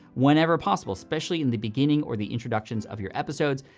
whenever possible, especially in the beginning or the introductions of your episodes,